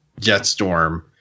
Jetstorm